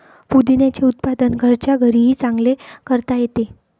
पुदिन्याचे उत्पादन घरच्या घरीही चांगले करता येते